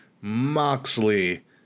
Moxley